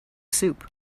soup